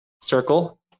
Circle